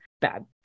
bad